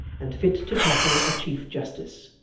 and fit to tackle a chief justice.